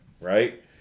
Right